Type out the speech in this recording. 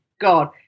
god